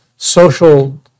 social